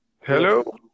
Hello